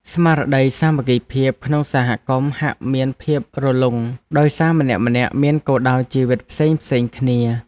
ស្មារតីសាមគ្គីភាពក្នុងសហគមន៍ហាក់មានភាពរលុងដោយសារម្នាក់ៗមានគោលដៅជីវិតផ្សេងៗគ្នា។